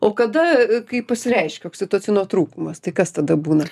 o kada kaip pasireiškia oksitocino trūkumas tai kas tada būna